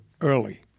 early